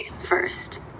first